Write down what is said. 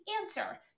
answer